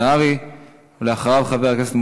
נעבור להצעות לסדר-היום בנושא: חוסר במקלטים,